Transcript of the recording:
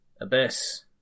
Abyss